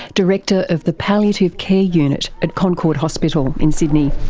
director of the palliative care unit at concord hospital in sydney.